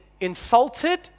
insulted